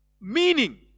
meaning